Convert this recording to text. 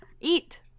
Eat